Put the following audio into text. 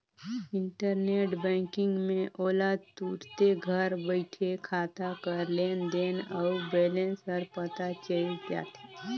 internet banking में ओला तुरते घर बइठे खाता कर लेन देन अउ बैलेंस हर पता चइल जाथे